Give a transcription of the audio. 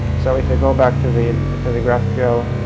so if i go back to the to the graphql